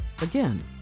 Again